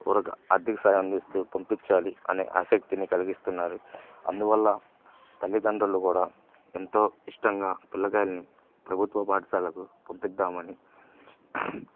ఉరగా ఆర్థిక సహాయం అందిస్తూ పంపించాలి అనే ఆసక్తిని కలిగిస్తున్నారు అందువల్ల తల్లిదండ్రులు కూడా ఎంతో ఇష్టంగా పిల్లల్ని ప్రభుత్వ పాఠశాలకు పంపించుదామని